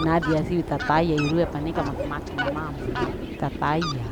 nadia siu tapaya iyurua tataya paneka maki maki na mama tataya.